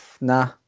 nah